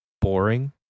boring